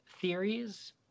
theories